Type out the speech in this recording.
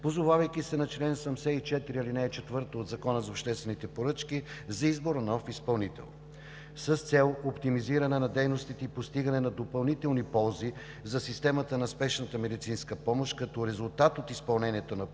позовавайки се на чл. 74, ал. 4 от Закона за обществените поръчки за избор на нов изпълнител. С цел оптимизиране на дейностите и постигане на допълнителни ползи за системата на спешната медицинска помощ като резултат от изпълнението на